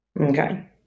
Okay